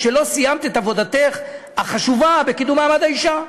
כשלא סיימת את עבודתך החשובה בקידום מעמד האישה.